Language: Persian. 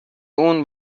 اون